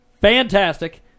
Fantastic